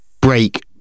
break